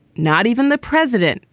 not even the president,